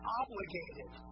obligated